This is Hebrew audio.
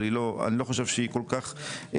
אבל אני לא חושב שהיא כל כך רלוונטית.